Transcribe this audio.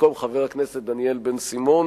במקום חבר הכנסת דניאל בן-סימון